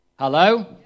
Hello